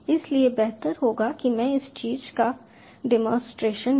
इसलिए बेहतर होगा कि मैं इस चीज का डेमोंसट्रेशन दूं